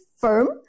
firm